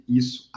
isso